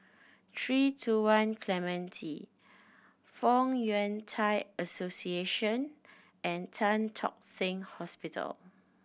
Three Two One Clementi Fong Yun Thai Association and Tan Tock Seng Hospital